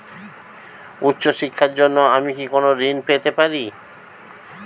উচ্চশিক্ষার জন্য আমি কি কোনো ঋণ পেতে পারি?